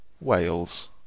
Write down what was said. Wales